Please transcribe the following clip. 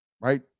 right